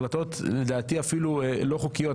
החלטות לדעתי אפילו לא חוקיות,